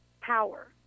power